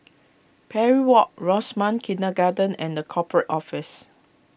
Parry Walk Rosemount Kindergarten and the Corporate Office